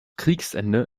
kriegsende